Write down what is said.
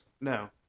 No